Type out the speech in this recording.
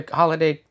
holiday